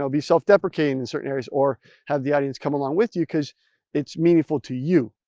so be self-deprecating in certain areas or have the audience come along with you, because it's meaningful to you.